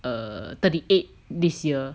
err thirty eight this year